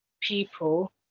people